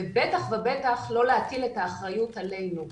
ובטח ובטח לא להטיל את האחריות עלינו.